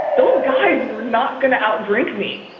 those guys were not gonna outrank me.